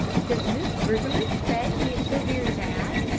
does miss briggerland say he is so very bad?